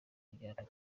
kutajya